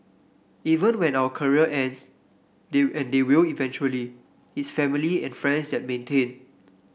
even when our career ends they and they will eventually it's family and friends that maintain